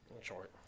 Short